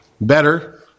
better